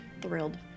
Thrilled